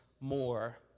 more